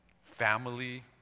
family